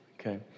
Okay